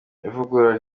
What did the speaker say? ivugurura